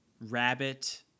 rabbit